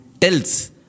tells